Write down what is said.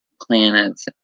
planets